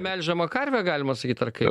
melžiams karvė galima sakyt ar kaip